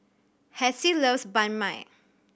Hassie loves Banh Mi